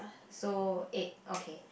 so eight ok